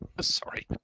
sorry